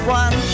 one